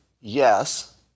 Yes